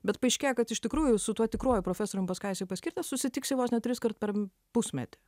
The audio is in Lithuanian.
bet paaiškėja kad iš tikrųjų su tuo tikruoju profesorium pas ką jis paskirtas susitiksi vos ne triskart per pusmetį